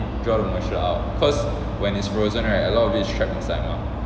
draw the moisture out cause when it's frozen right a lot of it is trapped inside mah